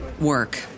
work